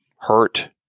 hurt